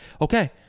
okay